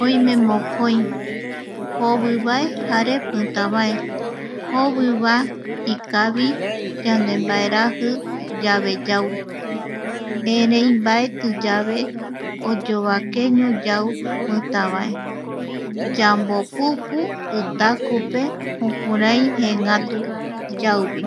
Oime mokoi jovi vae jare pitavae, jovi va ikavi yandembaeraji yave yau ereimbaeti yave oyovaqueño yau pitavae, yambopupu itakupe jokurai jee ngatu yauvi